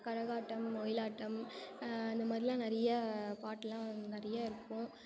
கரகாட்டம் ஒயிலாட்டம் இந்தமாதிரில்லாம் நிறைய பாட்டுலாம் வந்து நிறைய இருக்கும்